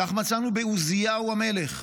כך מצאנו בעוזיהו המלך,